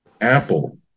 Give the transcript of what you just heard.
Apple